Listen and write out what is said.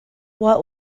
what